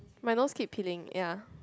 my nose keep peeling ya